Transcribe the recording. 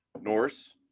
Norse